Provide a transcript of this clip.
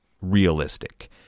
realistic